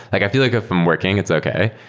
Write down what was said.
like i feel like if i'm working, it's okay.